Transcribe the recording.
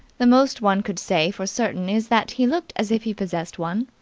the most one could say for certain is that he looked as if he possessed one.